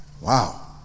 Wow